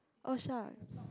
oh shucks